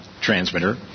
transmitter